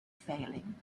failing